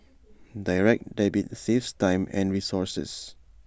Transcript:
Direct Debit saves time and resources